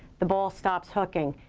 the ball stops hooking.